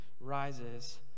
rises